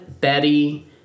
Betty